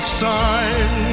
sign